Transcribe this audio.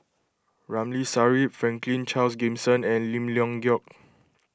Ramli Sarip Franklin Charles Gimson and Lim Leong Geok